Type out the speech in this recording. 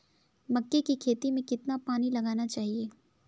मक्के की खेती में कितना पानी लगाना चाहिए?